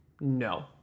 No